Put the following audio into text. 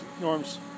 Norms